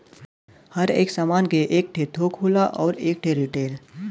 हर एक सामान के एक ठे थोक होला अउर एक ठे रीटेल